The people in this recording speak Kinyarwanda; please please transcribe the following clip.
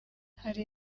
hari